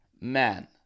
Man